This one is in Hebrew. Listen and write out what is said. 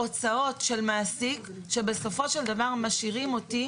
הוצאות של מעסיק שבסופו של דבר משאירים אותי